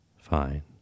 fine